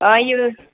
ఆయూ